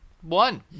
One